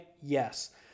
Yes